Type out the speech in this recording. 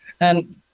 And-